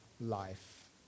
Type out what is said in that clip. life